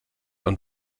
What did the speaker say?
und